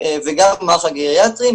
וגם במערך הגריאטרי,